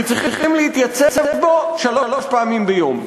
שצריכים להתייצב בו שלוש פעמים ביום.